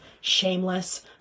Shameless